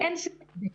אין שום הבדל.